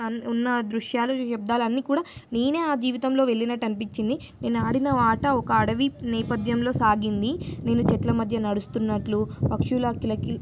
అ ఉన్న దృశ్యాలు శబ్దాలన్నీ కూడా నేనే ఆ జీవితంలో వెళ్ళినట్టు అనిపించింది నేను ఆడిన ఒ ఆట ఒక అడవి నేపధ్యంలో సాగింది నేను చెట్ల మధ్య నడుస్తున్నట్లు పక్షుల కిలకి